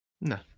no